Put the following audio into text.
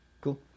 Cool